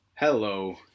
Hello